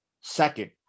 Second